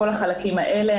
כל החלקים האלה,